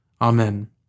Amen